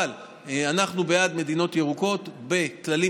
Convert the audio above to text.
אבל אנחנו בעד מדינות ירוקות בכללים